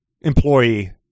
employee